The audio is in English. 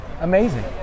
amazing